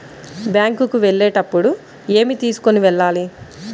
Bank కు వెళ్ళేటప్పుడు ఏమి తీసుకొని వెళ్ళాలి?